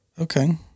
Okay